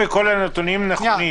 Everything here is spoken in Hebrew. וכו'.